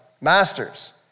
Masters